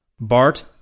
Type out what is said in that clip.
Bart